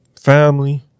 family